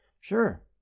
Sure